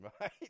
Right